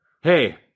Hey